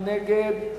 מי נגד?